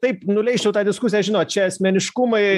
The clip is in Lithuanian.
taip nuleisčiau tą diskusiją žinot čia asmeniškumai